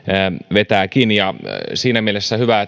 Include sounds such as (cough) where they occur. vetääkin siinä mielessä hyvä (unintelligible)